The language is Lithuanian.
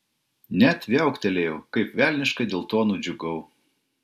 net viauktelėjau kaip velniškai dėl to nudžiugau